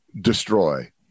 destroy